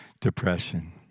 depression